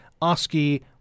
Oski